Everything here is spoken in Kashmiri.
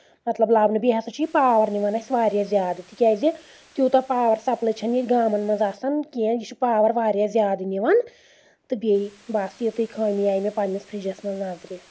مطلب لَبنہٕ بیٚیہِ ہسا چھُ یہِ پاور نِوان اَسہِ واریاہ زیادٕ تِکیٛازِ توٗتاہ پاور سپلاے چھنہٕ ییٚتہِ گامن منٛز آسان کینٛہہ یہِ چھُ پاور واریاہ زیادٕ نِوان تہٕ بیٚیہِ بَس یژٕے خٲمی آیہِ مےٚ پنٕنِس فرجس منٛز نظرِ